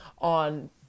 on